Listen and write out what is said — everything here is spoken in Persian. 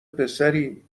پسری